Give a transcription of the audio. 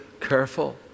careful